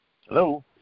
Hello